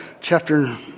chapter